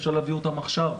אפשר להביא אותם עכשיו.